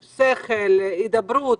הידברות,